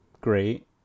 great